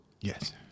Yes